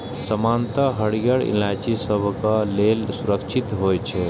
सामान्यतः हरियर इलायची सबहक लेल सुरक्षित होइ छै